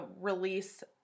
release